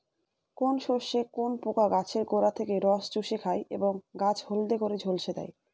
কোন শস্যে কোন পোকা গাছের গোড়া থেকে রস চুষে খায় এবং গাছ হলদে করে ঝলসে দেয়?